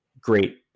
great